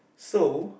so